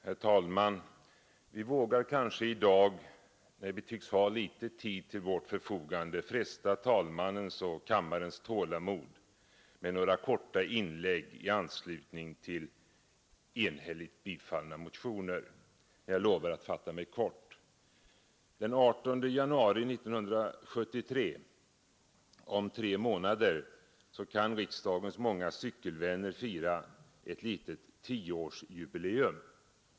Herr talman! Vi vågar kanske i dag, när vi tycks ha litet tid till vårt förfogande, fresta talmannens och kammarens tålamod med några korta inlägg i anslutning till enhälligt tillstyrkta motioner. Jag lovar att fatta mig kort. Den 18 januari 1973 — om tre månader kan riksdagens många cykelvänner fira ett litet tioårsjubileum.